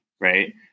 Right